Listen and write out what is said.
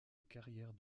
carrière